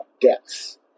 deaths